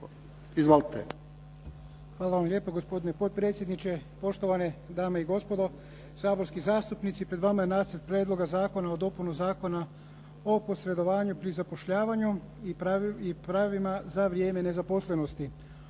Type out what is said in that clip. Miljenko** Hvala vam lijepa gospodine potpredsjedniče, poštovane dame i gospodo saborski zastupnici. Pred vama je Nacrt prijedloga Zakona o dopunu Zakona o posredovanju pri zapošljavanju i pravima za vrijeme nezaposlenosti.